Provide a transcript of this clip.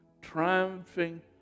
triumphing